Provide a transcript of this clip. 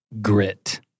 grit